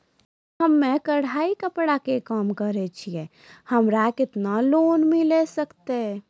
हम्मे कढ़ाई कपड़ा के काम करे छियै, हमरा केतना लोन मिले सकते?